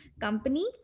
company